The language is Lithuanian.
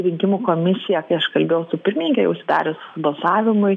rinkimų komisija kai aš kalbėjau su pirmininke jau užsidarius balsavimui